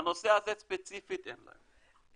בנושא הזה ספציפית אין להם.